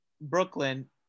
Brooklyn